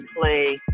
play